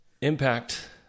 impact